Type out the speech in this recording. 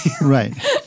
Right